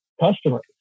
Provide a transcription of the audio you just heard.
customer